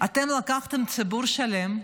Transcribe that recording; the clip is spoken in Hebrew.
אתם עקפתם ציבור שלם,